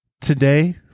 Today